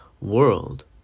world